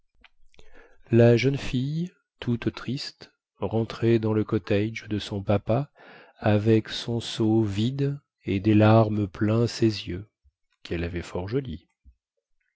la jeune fille toute triste rentrait dans le cottage de son papa avec son seau vide et des larmes plein ses yeux